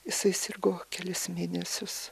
jisai sirgo kelis mėnesius